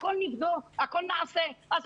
על הכול אומרים: נבדוק, נעשה.